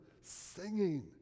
singing